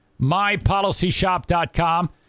MyPolicyshop.com